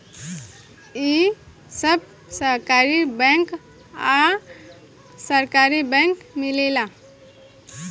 इ सब सहकारी बैंक आ सरकारी बैंक मिलेला